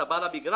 אתם בעלי המגרש?